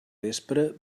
vespre